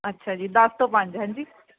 ਅੱਛਾ ਜੀ ਦਸ ਤੋਂ ਪੰਜ ਹੈਂਜੀ